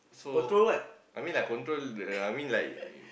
so I mean like control the I mean like